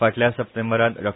फाटल्या सप्टेंबरान डा